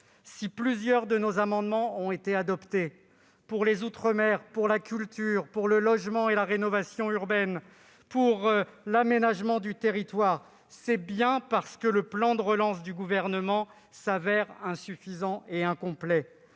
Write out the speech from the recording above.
Si plusieurs de nos amendements ont été adoptés, pour les outre-mer, la culture, le logement, la rénovation urbaine et l'aménagement du territoire, c'est bien parce que le plan de relance du Gouvernement s'avère insuffisant et incomplet.